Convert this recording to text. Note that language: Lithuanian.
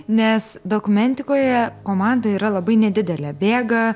nes dokumentikoje komanda yra labai nedidelė bėga